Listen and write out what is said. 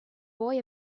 boy